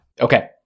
okay